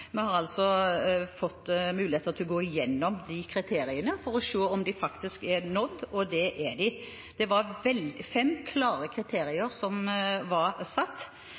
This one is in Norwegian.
vi har altså fått mulighet til å gå igjennom de kriteriene for å se om de faktisk er nådd, og det er de. Det var fem klare kriterier som var satt.